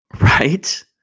Right